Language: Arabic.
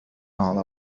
على